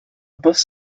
bus